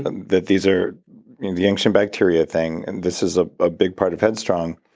that these are the ancient bacteria thing. and this is a ah big part of headstrong.